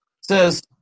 says